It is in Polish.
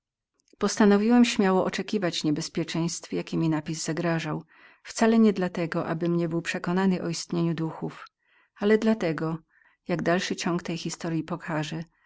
postanowiłem śmiało oczekiwać niebezpieczeństw jakiemi ten napis zagrażał wcale nie dla tego abym niebył przekonany o istnieniu duchów ale jak dalszy ciąg tej historyi pokaże